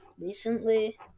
recently